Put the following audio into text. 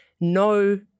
no